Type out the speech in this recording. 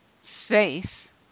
space